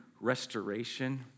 restoration